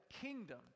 kingdom